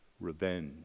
revenge